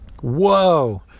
Whoa